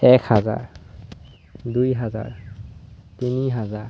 এক হাজাৰ দুই হাজাৰ তিনি হাজাৰ